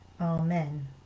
Amen